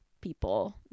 people